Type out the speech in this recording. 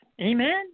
Amen